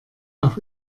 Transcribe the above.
auf